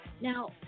Now